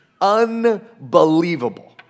unbelievable